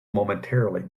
momentarily